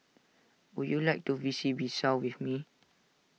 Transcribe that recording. would you like to visit Bissau with me